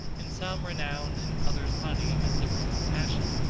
in some renown, in others money, is the ruling passion.